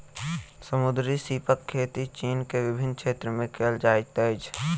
समुद्री सीपक खेती चीन के विभिन्न क्षेत्र में कयल जाइत अछि